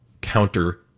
counter-